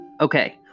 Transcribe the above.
Okay